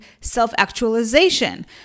self-actualization